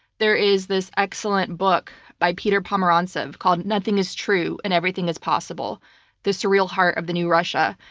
there is this excellent book by peter pomerantsev called nothing is true and everything is possible the surreal heart of the new russia,